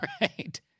Right